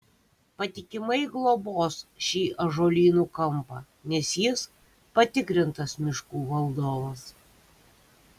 patikimai globos šį ąžuolynų kampą nes jis patikrintas miškų valdovas